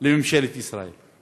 לממשלת ישראל.